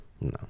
No